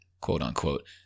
quote-unquote